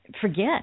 forget